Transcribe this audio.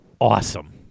awesome